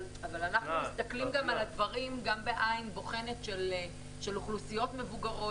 מסתכלים על הדברים גם בעין בוחנת של אוכלוסיות מבוגרות,